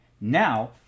Now